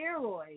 steroids